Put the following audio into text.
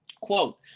Quote